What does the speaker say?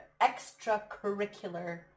extracurricular